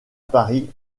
paris